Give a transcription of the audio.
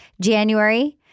January